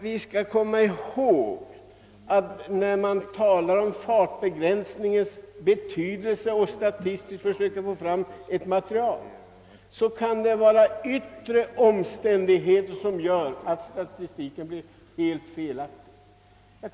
Vi skall komma ihåg när man talar om fartbegränsningens betydelse och statistiskt försöker få fram ett material att det kan vara yttre omständigheter som gör att statistiken blir helt felaktig.